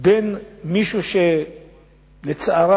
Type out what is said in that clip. בין מישהו שלצערם